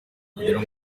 kugirango